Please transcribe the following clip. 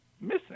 missing